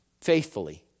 faithfully